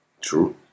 True